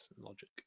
logic